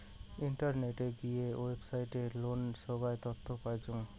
ইন্টারনেটে গিয়ে ওয়েবসাইটে লোনের সোগায় তথ্য পাইচুঙ